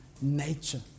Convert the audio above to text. nature